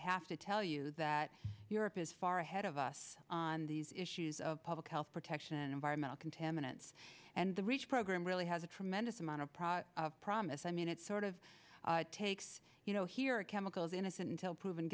have to tell you that europe is far ahead of us on these issues of public health protection environmental contaminants and the reach program really has a tremendous amount of proud promise i mean it sort of takes you know here chemicals innocent until proven